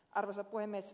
arvoisa puhemies